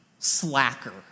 slacker